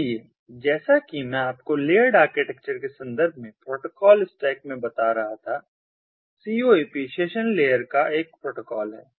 इसलिए जैसा कि मैं आपको लेयर्ड आर्किटेक्चर के संदर्भ में प्रोटोकॉल स्टैक में बता रहा था CoAP सेशन लेयर का एक प्रोटोकॉल है